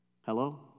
Hello